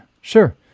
Sure